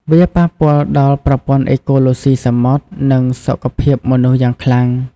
វាប៉ះពាល់ដល់ប្រព័ន្ធអេកូឡូស៊ីសមុទ្រ និងសុខភាពមនុស្សយ៉ាងខ្លាំង។